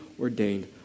ordained